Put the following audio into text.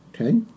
Okay